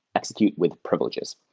execute with privileges.